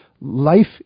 life